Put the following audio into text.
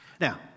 Now